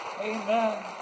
amen